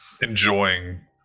enjoying